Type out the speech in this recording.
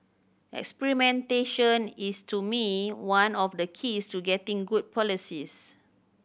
experimentation is to me one of the keys to getting good policies